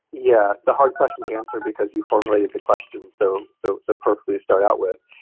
yeah, it's a hard question to answer because you formulated the question so, so so perfectly to start out with.